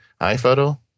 iPhoto